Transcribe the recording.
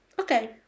Okay